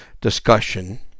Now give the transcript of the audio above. discussion